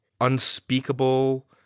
unspeakable